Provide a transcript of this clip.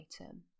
item